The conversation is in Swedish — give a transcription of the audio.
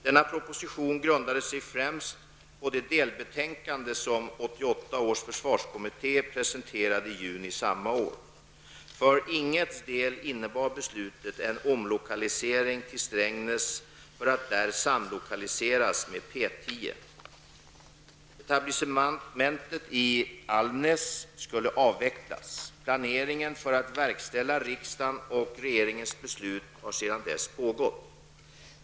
Denna proposition grundade sig främst på det delbetänkande som 1988 års försvarskommitté presenterade i juni samma år. För Ing 1:s del innebar beslutet en omlokalisering till Strängnäs för samlokalisering där med P 10. Etablissementet i Almnäs skulle avvecklas. Planeringen för att verkställa riksdagens beslut har sedan dess pågått.